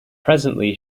presently